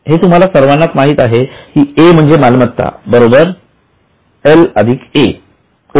हे तुम्हा सर्वांना माहीतच आहे की A म्हणजे मालमत्ता बरोबर L अधिक o